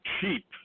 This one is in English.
cheap